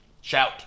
Shout